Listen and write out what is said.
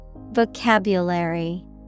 Vocabulary